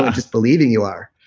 um just believing you are.